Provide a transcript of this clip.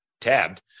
tabbed